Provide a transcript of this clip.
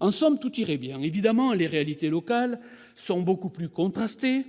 En somme, tout irait bien ! Évidemment, les réalités locales sont beaucoup plus contrastées